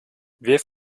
wir